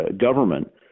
government